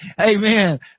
Amen